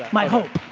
my hope.